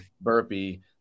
burpee